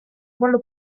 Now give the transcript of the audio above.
ruolo